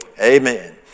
Amen